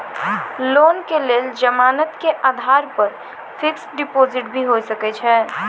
Loan के लेल जमानत के आधार पर फिक्स्ड डिपोजिट भी होय सके छै?